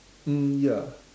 um ya